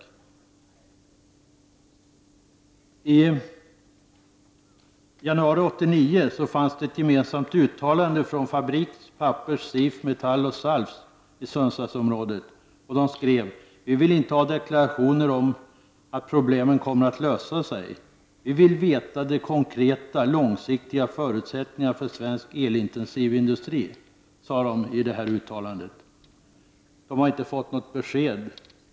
I januari 1989 fanns att läsa i tidningen Affärsvärlden ett gemensamt uttalande från Fabriks, Pappers, SIF, Metall och SALF i Sundsvallsområdet: ”Vi vill inte ha deklarationer om att problemen kommer att lösa sig. Vi vill veta de konkreta långsiktiga förutsättningarna för svensk elintensiv industri.” De har ännu inte fått något besked.